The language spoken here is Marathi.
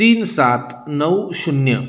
तीन सात नऊ शून्य